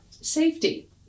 Safety